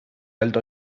alto